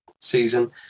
season